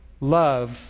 love